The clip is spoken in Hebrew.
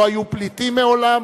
לא היו פליטים מעולם,